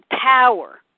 power